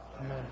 Amen